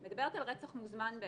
את מדברת על רצח מוזמן.